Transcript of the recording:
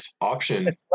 option